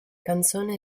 canzone